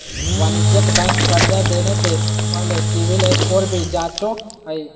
वाणिज्यिक बैंक कर्जा देने से पहले सिविल स्कोर भी जांचो हइ